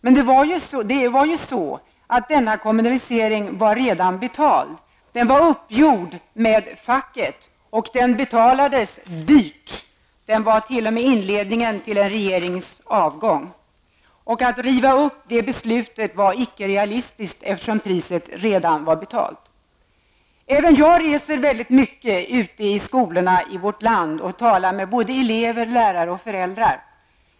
Men det var ju så att denna kommunalisering redan var betald. Den var uppgjord med facket, och den betalades dyrt -- den var t.o.m. inledningen till en regerings avgång. Att riva upp det beslutet var icke realistiskt, eftersom priset redan var betalt. Även jag reser mycket ute i skolorna i vårt land och talar med både elever, lärare och föräldrar.